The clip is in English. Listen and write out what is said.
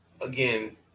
Again